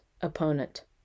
opponent